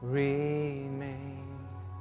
remains